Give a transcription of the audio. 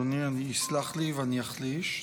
אדוני יסלח לי ואני אחליש,